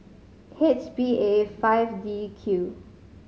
H B A five D Q